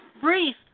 Brief